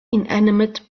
inanimate